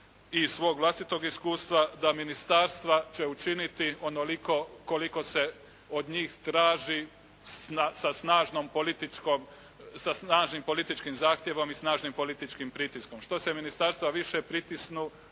iz svog vlastitog iskustva da ministarstva će učiniti onoliko koliko se od njih traži sa snažnom političkom, sa snažnim političkim zahtjevom i snažnim političkim pritiskom. Što se ministarstva više pritisnu